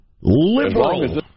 Liberal